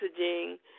messaging